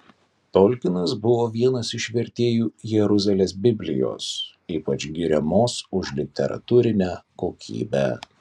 tolkinas buvo vienas iš vertėjų jeruzalės biblijos ypač giriamos už literatūrinę kokybę